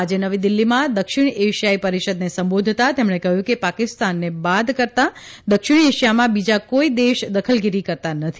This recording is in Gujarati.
આજે નવી દીલ્હીમાં દક્ષિણ એશિયા પરિષદને સંબોધતાં તેમણે કહ્યું કે પાકિસ્તાનને બાદ કરતાં દક્ષિણ એશિયામાં બીજા કોઇ દેશ દખલગીરી કરતા નથી